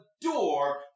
door